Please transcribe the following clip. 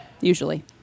Usually